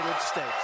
States